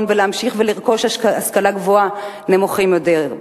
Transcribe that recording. ולהמשיך ולרכוש השכלה גבוהה נמוכים יותר,